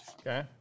Okay